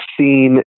seen